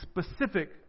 specific